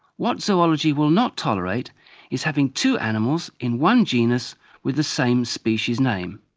what zoology will not tolerate is having two animals in one genus with the same species name.